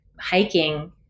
hiking